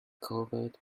covered